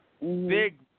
Big